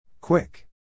Quick